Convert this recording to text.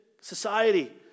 society